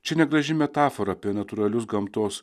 čia negraži metafora apie natūralius gamtos